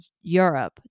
Europe